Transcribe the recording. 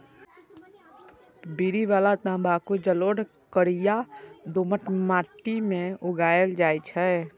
बीड़ी बला तंबाकू जलोढ़, कारी आ दोमट माटि मे उगायल जाइ छै